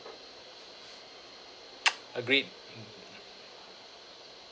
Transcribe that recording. agreed